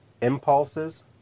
impulses